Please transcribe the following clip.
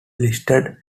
listed